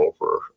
over